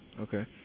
Okay